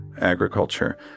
agriculture